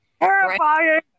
Terrifying